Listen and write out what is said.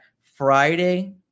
Friday